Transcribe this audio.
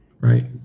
Right